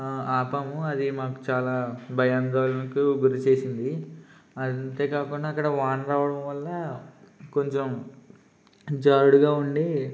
ఆపాము అది మాకు చాలా భయాందోళనకు గురి చేసింది అంతే కాకుండా అక్కడ వాన రావడం వల్ల కొంచెం జారుడుగా ఉండి